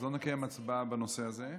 אז לא נקיים הצבעה בנושא הזה.